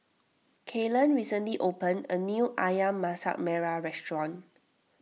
Kaylen recently opened a new Ayam Masak Merah Restaurant